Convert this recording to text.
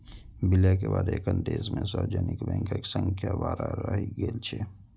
विलय के बाद एखन देश मे सार्वजनिक बैंकक संख्या बारह रहि गेल छै